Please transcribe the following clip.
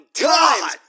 God